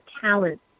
talent